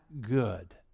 good